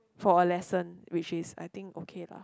for a lesson which is I think okay lah